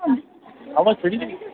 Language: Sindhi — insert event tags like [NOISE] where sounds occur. [UNINTELLIGIBLE]